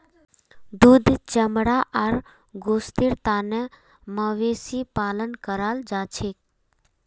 दूध चमड़ा आर गोस्तेर तने मवेशी पालन कराल जाछेक